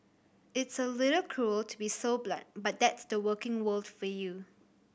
it's a little cruel to be so blunt but that's the working world for you